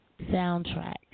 soundtrack